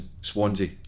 Swansea